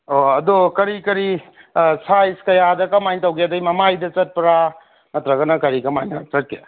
ꯑꯣ ꯑꯗꯣ ꯀꯔꯤ ꯀꯔꯤ ꯁꯥꯏꯖ ꯀꯌꯥꯗ ꯀꯃꯥꯏ ꯇꯧꯒꯦ ꯑꯗꯩ ꯃꯃꯥꯏꯗ ꯆꯠꯄ꯭ꯔꯥ ꯅꯠꯇ꯭ꯔꯒꯅ ꯀꯔꯤ ꯀꯃꯥꯏꯅ ꯆꯠꯀꯦ